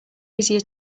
easier